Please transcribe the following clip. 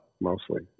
mostly